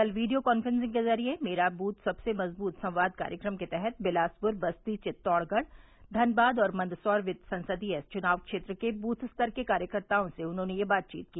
कल video conferencing के जरिए मेरा बूथ सबसे मजबूत संवाद कार्यक्रम के तहत बिलासपुर बस्ती चितौड़गढ़ धनबाद और मंदसौर संसदीय चुनाव क्षेत्र के बूथ स्तर के कार्यकर्ताओं से उन्होंने यह बातचीत की